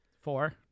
Four